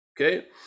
okay